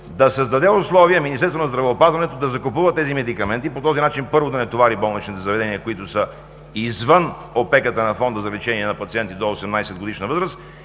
да създаде условия Министерството на здравеопазването да закупува тези медикаменти. По този начин, първо, да не товари болничните заведения, които са извън опеката на Фонда за лечение на пациенти до 18-годишна възраст